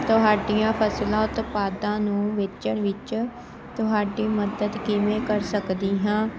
ਤੁਹਾਡੀਆਂ ਫਸਲਾਂ ਉਤਪਾਦਾਂ ਨੂੰ ਵੇਚਣ ਵਿੱਚ ਤੁਹਾਡੀ ਮਦਦ ਕਿਵੇਂ ਕਰ ਸਕਦੀ ਹਾਂ